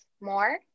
more